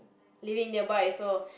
living nearby so